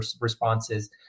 responses